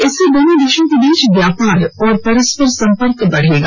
इससे दोनों देशों के बीच व्यापार और परस्पर संपर्क बढ़ेगा